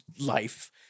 life